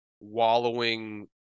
wallowing